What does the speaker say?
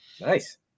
Nice